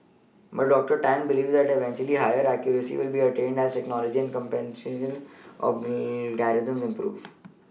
but doctor Tan believes that eventually higher accuracy can be attained as technology and computational improve